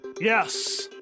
Yes